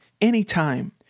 Anytime